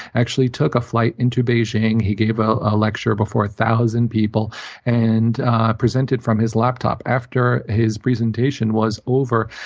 actually took a flight into beijing. he gave ah a lecture before one thousand people and presented from his laptop. after his presentation was over,